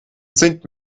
sind